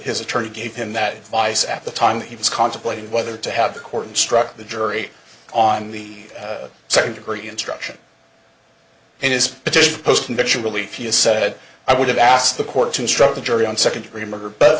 his attorney gave him that advice at the time that he was contemplating whether to have the court instruct the jury on the second degree instruction in his petition post conviction relief you said i would have asked the court to instruct the jury on second degree murder